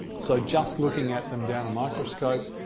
so just looking at them down a microscope,